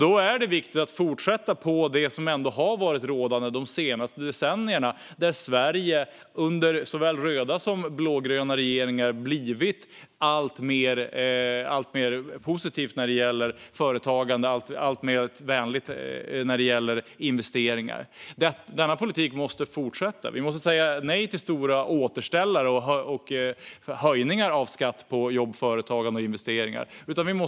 Det är viktigt att fortsätta med det som har varit rådande under de senaste decennierna, då Sverige under såväl röda som blågröna regeringar har blivit alltmer positivt när det gäller företagande och alltmer vänligt när det gäller investeringar. Denna politik måste fortsätta. Vi måste säga nej till stora återställare och höjningar av skatt på jobb, företagande och investeringar.